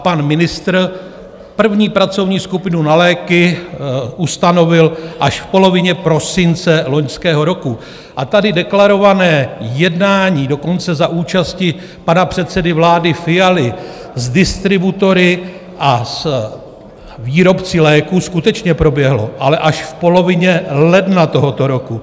Pan ministr první pracovní skupinu na léky ustanovil až v polovině prosince loňského roku, a tady deklarované jednání, dokonce za účasti pana předsedy vlády Fialy, s distributory a s výrobci léků skutečně proběhlo, ale až v polovině ledna tohoto roku.